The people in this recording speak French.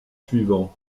suivant